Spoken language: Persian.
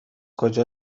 کجا